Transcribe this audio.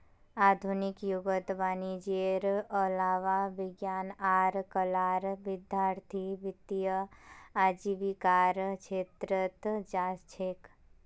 आधुनिक युगत वाणिजयेर अलावा विज्ञान आर कलार विद्यार्थीय वित्तीय आजीविकार छेत्रत जा छेक